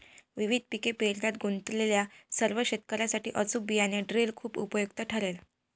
विविध पिके पेरण्यात गुंतलेल्या सर्व शेतकर्यांसाठी अचूक बियाणे ड्रिल खूप उपयुक्त ठरेल